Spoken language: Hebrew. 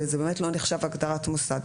זה באמת לא נחשב הגדרת מוסד.